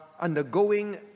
undergoing